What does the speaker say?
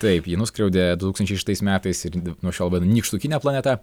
taip jį nuskriaudė du tūkstančiai šeštais metais ir nuo šiol nykštukine planeta